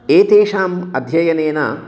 एतेषाम् अध्ययनेन